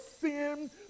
sin